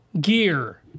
Gear